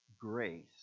Grace